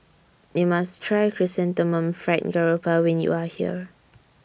YOU must Try Chrysanthemum Fried Garoupa when YOU Are here